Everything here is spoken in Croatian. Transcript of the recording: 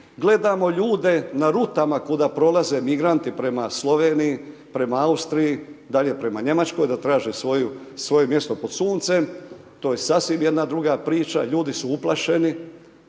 Gledamo ljude na rutama kuda prolaze migranti prema Sloveniji, prema Austriji, dalje prema Njemačkoj da traže svoje mjesto pod suncem, to je sasvim jedna druga priča, ljudi su uplašeni